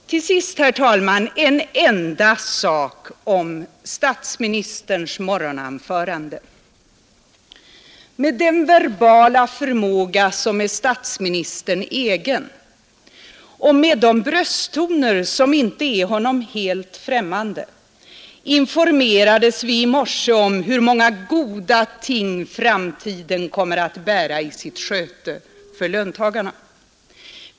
Till sist, herr talman, en enda sak om statsministerns morgonanförande. Med den verbala förmåga som är statsministern egen och med de brösttoner som inte är honom helt främmande informerades vi i morse om hur många goda ting framtiden kommer att bära i sitt sköte för löntagarna.